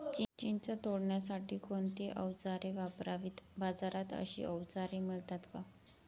चिंच तोडण्यासाठी कोणती औजारे वापरावीत? बाजारात अशी औजारे मिळतात का?